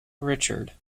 richard